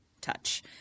Touch